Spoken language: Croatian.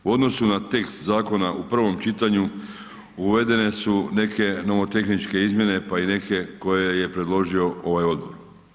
U odnosu na tekst zakona u prvom čitanju, uvedene su neke nomotehničke izmjene pa i neke koje je predložio ovaj odbor.